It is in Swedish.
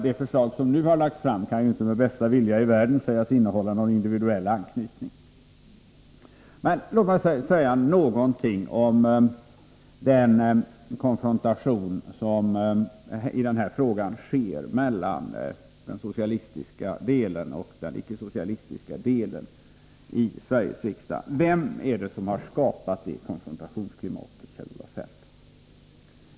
Det förslag som nu har lagts fram kan ju inte med bästa vilja i världen sägas innehålla någon individuell anknytning. Låt mig sedan säga någonting om den konfrontation som i den här frågan äger rum mellan den socialistiska och den icke-socialistiska delen i Sveriges riksdag. Vem är det som har skapat det konfrontationsklimatet, Kjell-Olof Feldt?